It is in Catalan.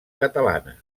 catalana